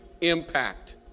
impact